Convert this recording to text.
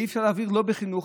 ואי-אפשר להעביר בחינוך,